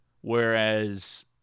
Whereas